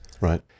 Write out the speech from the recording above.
Right